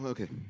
Okay